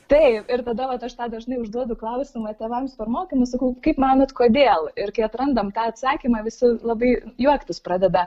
taip ir tada vat aš tą dažnai užduodu klausimą tėvams per mokymus sakau kaip manot kodėl ir kai atrandam tą atsakymą visi labai juoktis pradeda